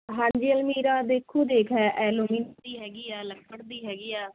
ਹਾਂਜੀ ਅਲਮੀਰਾ ਦੇਖੋ ਦੇਖ ਹੈ ਐਲੂਮੀਨੀਅਮ ਦੀ ਹੈਗੀ ਹੈ ਲੱਕੜ ਦੀ ਹੈਗੀ ਹੈ